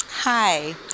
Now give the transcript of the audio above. Hi